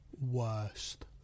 worst